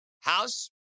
House